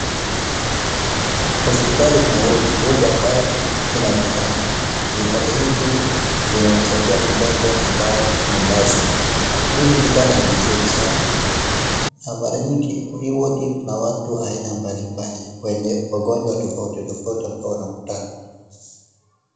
Hospitali ina wodi, wodi ambayo ina vitanda, vitanda hivi vinamsaidia mgonjwa ambayo amelazwa, hivi vitanda ni vizuri sana na mara nyingi hii wodi kuna watu aina mbali mbali wenye ugonjwa tofauti tofauti ambao wanakutana.